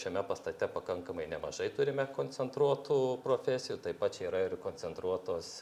šiame pastate pakankamai nemažai turime koncentruotų profesijų taip pat čia yra ir koncentruotos